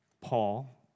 Paul